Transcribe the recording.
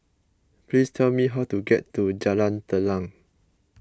please tell me how to get to Jalan Telang